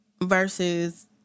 versus